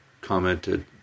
commented